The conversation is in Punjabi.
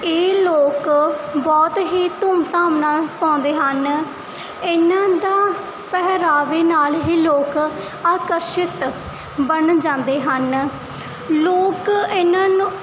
ਇਹ ਲੋਕ ਬਹੁਤ ਹੀ ਧੂਮਧਾਮ ਨਾਲ ਪਾਉਂਦੇ ਹਨ ਇਹਨਾਂ ਦੇ ਪਹਿਰਾਵੇ ਨਾਲ ਹੀ ਲੋਕ ਆਕਰਸ਼ਿਕ ਬਣ ਜਾਂਦੇ ਹਨ ਲੋਕ ਇਹਨਾਂ ਨੂੰ